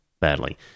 badly